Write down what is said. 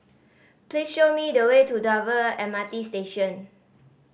please show me the way to Dover M R T Station